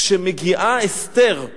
כשמגיעה אסתר לאחשוורוש,